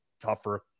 tougher